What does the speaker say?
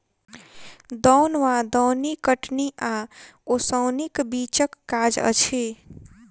दौन वा दौनी कटनी आ ओसौनीक बीचक काज अछि